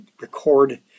record